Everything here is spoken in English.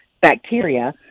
bacteria